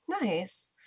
Nice